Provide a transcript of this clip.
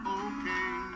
okay